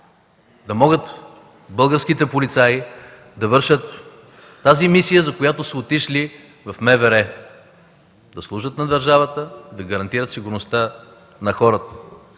да могат българските полицаи да вършат мисията, за която са отишли в МВР – да служат на държавата, да гарантират сигурността на хората.